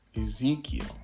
Ezekiel